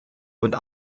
und